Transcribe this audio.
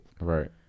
Right